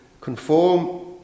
conform